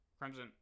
Crimson